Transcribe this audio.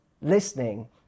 listening